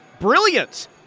Brilliant